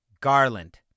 Garland